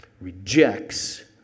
rejects